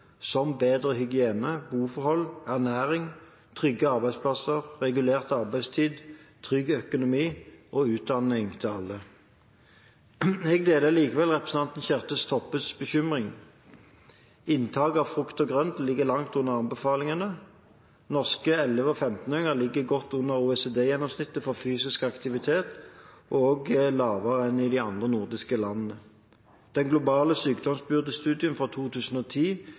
som bedre hygiene, boforhold, ernæring, trygge arbeidsplasser, regulert arbeidstid, trygg økonomi og utdanning til alle. Jeg deler likevel representanten Kjersti Toppes bekymring. Inntaket av frukt og grønt ligger langt under anbefalingene. Norske 11- og 15-åringer ligger godt under OECD-gjennomsnittet for fysisk aktivitet, og også lavere enn i de andre nordiske landene. Den globale sykdomsbyrdestudien fra 2010